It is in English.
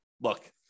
look